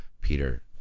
Peter